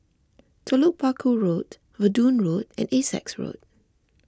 Telok Paku Road Verdun Road and Essex Road